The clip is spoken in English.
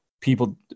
people